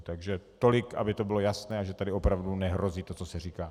Takže tolik, aby to bylo jasné, že tady opravdu nehrozí to, co se říká.